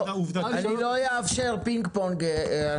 את